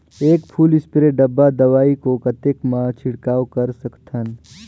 एक full spray डब्बा दवाई को कतेक म छिड़काव कर सकथन?